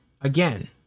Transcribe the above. Again